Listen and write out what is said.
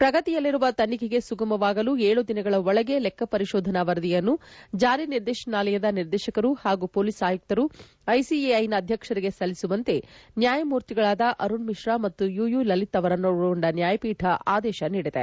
ಪ್ರಗತಿಯಲ್ಲಿರುವ ತನಿಖೆಗೆ ಸುಗಮವಾಗಲು ಏಳು ದಿನಗಳ ಒಳಗೆ ಲೆಕ್ಕಪರಿಶೋಧನಾ ವರದಿಯನ್ನು ಜಾರಿನಿರ್ದೇಶನಾಲಯದ ನಿರ್ದೇಶಕರು ಪಾಗೂ ಮೊಲೀಸ್ ಆಯುಕ್ತರು ಐಸಿಎಐನ ಅಧ್ಯಕ್ಷರಿಗೆ ಸಲ್ಲಿಸುವಂತೆ ನ್ಯಾಯಮೂರ್ತಿಗಳಾದ ಅರುಣ್ ಮಿಶ್ರಾ ಮತ್ತು ಯು ಯು ಲಲಿತ್ ಅವರನ್ನೊಳಗೊಂಡ ನ್ಯಾಯಪೀಠ ಆದೇಶ ನೀಡಿದೆ